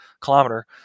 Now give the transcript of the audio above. kilometer